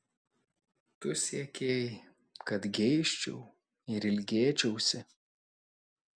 tu siekei kad geisčiau ir ilgėčiausi